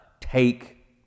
Take